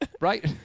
Right